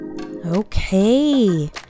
Okay